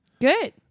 Good